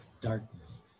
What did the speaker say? darkness